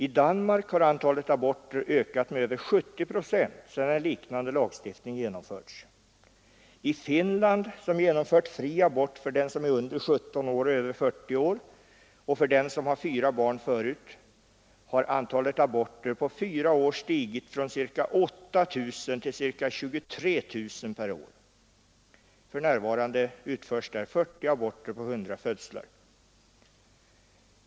I Danmark har antalet aborter ökat med över 70 procent, sedan en liknande lagstiftning genomförts. I Finland, som genomfört fri abort för dem som är under 17 år eller över 40 år samt för dem som förut har fyra barn, har antalet aborter på fyra år stigit från ca 8 000 till ca 23 000 per år. För närvarande utförs där 40 aborter på 100 födslar.